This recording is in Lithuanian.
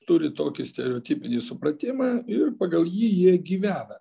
turi tokį stereotipinį supratimą ir pagal jį jie gyvena